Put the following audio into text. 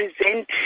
present